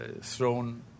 thrown